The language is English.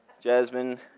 Jasmine